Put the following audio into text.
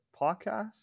podcast